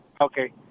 Okay